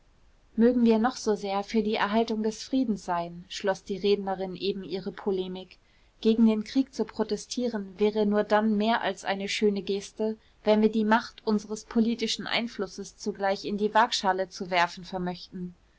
mögen wir noch so sehr für die erhaltung des friedens sein schloß die rednerin eben ihre polemik gegen den krieg zu protestieren wäre nur dann mehr als eine schöne geste wenn wir die macht unseres politischen einflusses zugleich in die wagschale zu werfen vermöchten